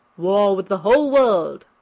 war with the whole world!